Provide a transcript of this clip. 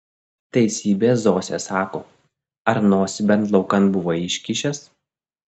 teisybę zosė sako ar nosį bent laukan buvai iškišęs